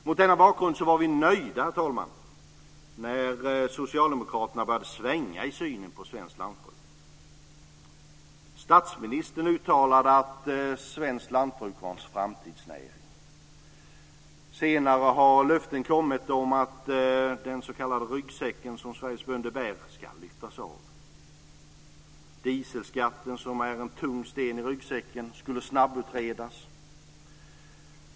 Mot denna bakgrund var vi, herr talman, nöjda när Socialdemokraterna började svänga i synen på svenskt lantbruk och statsministern uttalade att svenskt lantbruk var en framtidsnäring. Senare har löften kommit om att den s.k. ryggsäck som Sveriges bönder bär ska lyftas av. Dieselskatten, som är en tung sten i ryggsäcken, skulle snabbutredas.